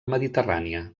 mediterrània